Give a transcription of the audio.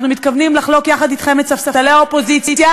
אנחנו מתכוונים לחלוק יחד אתכם את ספסלי האופוזיציה,